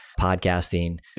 podcasting